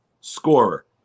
Scorer